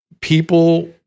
People